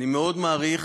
אני מאוד מעריך